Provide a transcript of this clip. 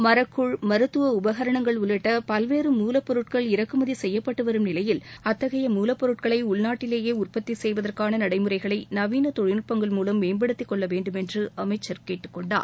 மரக்கூழ் மருத்துவ உபகரணங்கள் உள்ளிட்ட பல்வேறு மூலப்பொருட்கள் இறக்குமதி சுய்யப்பட்டு வரும் நிலையில் அத்தகைய மூவப்பொருட்களை உள்நாட்டிலேயே உற்பத்தி செய்வதற்கான நடைமுறைகளை நவீன தொழில்நுட்பங்கள் மூலம் மேம்படுத்திக் கொள்ள வேண்டுமென்று அமைச்சர் கேட்டுக் கொண்டார்